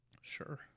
Sure